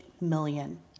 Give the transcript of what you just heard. million